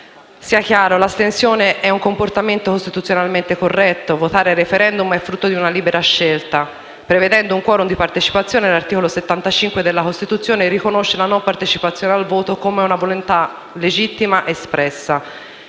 Sia chiaro: l'astensione è un comportamento costituzionalmente corretto, votare ai *referendum* è frutto di una scelta libera. Prevedendo un *quorum* di partecipazione, l'articolo 75 della Costituzione riconosce la non partecipazione al voto come una volontà legittimamente espressa.